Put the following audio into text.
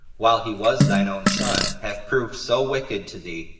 while he was thine own son hath proved so wicked to thee.